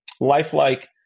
lifelike